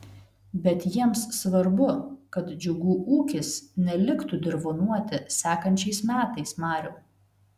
bet jiems svarbu kad džiugų ūkis neliktų dirvonuoti sekančiais metais mariau